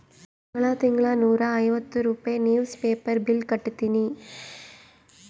ತಿಂಗಳಾ ತಿಂಗಳಾ ನೂರಾ ಐವತ್ತ ರೂಪೆ ನಿವ್ಸ್ ಪೇಪರ್ ಬಿಲ್ ಕಟ್ಟತ್ತಿನಿ